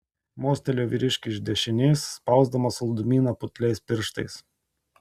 mostelėjo vyriškiui iš dešinės spausdamas saldumyną putliais pirštais